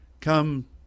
come